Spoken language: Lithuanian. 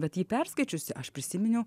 bet jį perskaičiusi aš prisiminiau